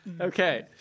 Okay